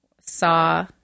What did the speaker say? saw